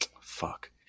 fuck